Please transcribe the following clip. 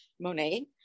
Monet